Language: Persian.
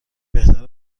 بهتر